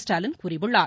ஸ்டாலின் கூறியுள்ளார்